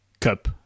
cup